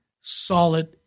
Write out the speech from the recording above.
solid